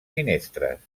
finestres